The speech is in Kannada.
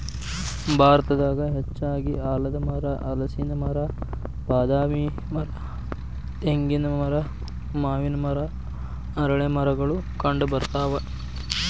ಭಾರತದಾಗ ಹೆಚ್ಚಾಗಿ ಆಲದಮರ, ಹಲಸಿನ ಮರ, ಬಾದಾಮಿ ಮರ, ತೆಂಗಿನ ಮರ, ಮಾವಿನ ಮರ, ಅರಳೇಮರಗಳು ಕಂಡಬರ್ತಾವ